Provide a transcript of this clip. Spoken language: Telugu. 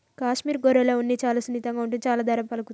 కాశ్మీర్ గొర్రెల ఉన్ని చాలా సున్నితంగా ఉంటుంది చాలా ధర పలుకుతుంది